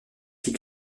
dit